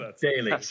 daily